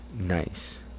nice